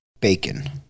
bacon